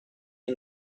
and